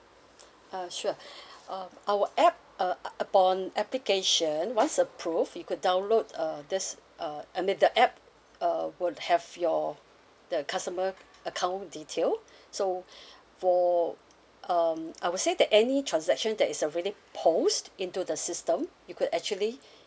uh sure um our app uh u~ upon application once approve you could download uh there's uh I mean the app uh would have your the customer account detail so for um I would say that any transaction that is already post into the system you could actually